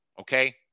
okay